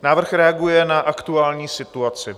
Návrh reaguje na aktuální situaci.